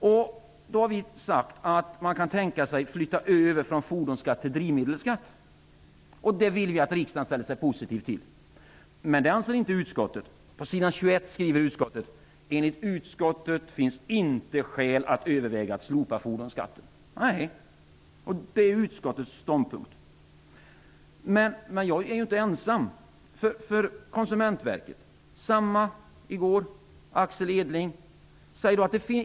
Vi har sagt att man kan tänka sig en övergång från fordonsskatt till drivmedelsskatt. Den tanken vill vi att riksdagen skall ställa sig positiv till. Men det anser inte utskottet, som på s. 21 i betänkandet skriver: ''Enligt utskottets mening finns det inte skäl att överväga att slopa fordonsskatten.'' Det är alltså utskottets ståndpunkt. Men jag är inte ensam. Konsumentverkets generaldirektör Axel Edling har samma uppfattning.